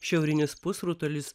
šiaurinis pusrutulis